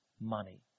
money